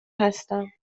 هستم